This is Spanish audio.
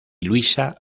luisa